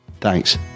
Thanks